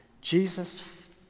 Jesus